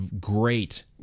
great